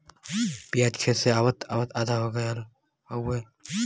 पियाज खेत से आवत आवत आधा हो गयल हउवे